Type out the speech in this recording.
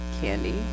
Candy